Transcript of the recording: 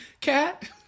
cat